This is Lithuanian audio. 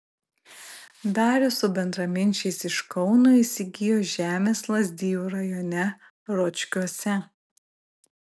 darius su bendraminčiais iš kauno įsigijo žemės lazdijų rajone ročkiuose